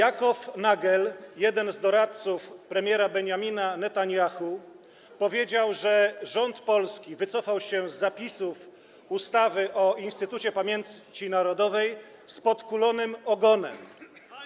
Yaakov Nagel, jeden z doradców premiera Benjamina Netanjahu, powiedział, że rząd polski wycofał się z zapisów ustawy o Instytucie Pamięci Narodowej z podkulonym ogonem.